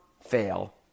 fail